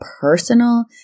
personal